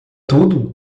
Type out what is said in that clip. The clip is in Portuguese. tudo